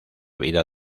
vida